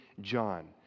John